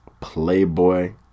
playboy